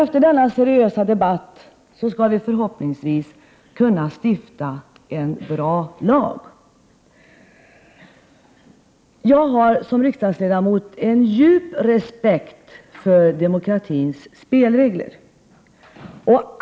Efter en seriös debatt skall vi förhoppningsvis kunna stifta en bra lag. Jag har som riksdagsledamot en djup respekt för demokratins spelregler.